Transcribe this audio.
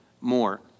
more